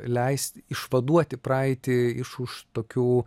leist išvaduoti praeitį iš už tokių